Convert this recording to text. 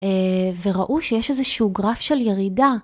וראו שיש איזשהו גרף של ירידה.